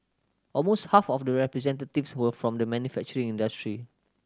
almost half of the representatives were from the manufacturing industry